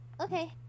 okay